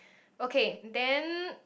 okay then